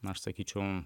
aš sakyčiau